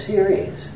Series